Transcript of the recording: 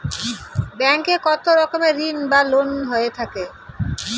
Bank এ কত রকমের ঋণ বা লোন হয়ে থাকে?